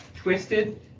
twisted